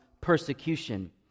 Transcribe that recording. persecution